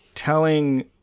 telling